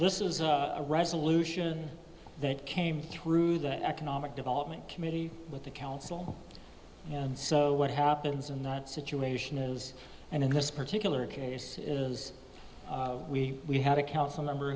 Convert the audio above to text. this is a resolution that came through the economic development committee with the council and so what happens in that situation is and in this particular case we have a council member